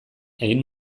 egin